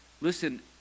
listen